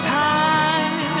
time